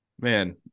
Man